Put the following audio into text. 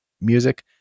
music